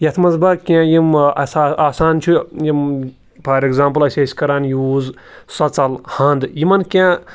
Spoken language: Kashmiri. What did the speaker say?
یَتھ منٛز بہٕ کینٛہہ یِم اَسا آسان چھِ یِم فار اٮ۪کزامپٕل أسۍ ٲسۍ کَران یوٗز سۄژَل ہَنٛد یِمَن کینٛہہ